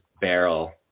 barrel